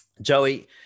Joey